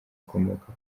ukomoka